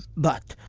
but.